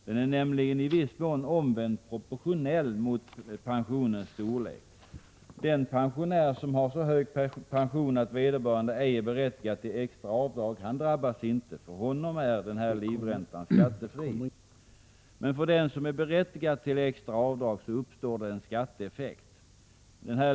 Den är nämligen i viss mån omvänt proportionell mot pensionens storlek. Den pensionär som har så hög pension att vederbörande ej är berättigad till extra avdrag drabbas inte. För honom är livräntan skattefri. Men för den som är berättigad till extra avdrag uppstår en skatteeffekt.